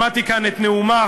שמעתי כאן את נאומה,